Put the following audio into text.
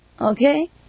Okay